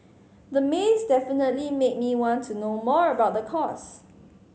the maze definitely made me want to know more about the course